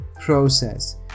process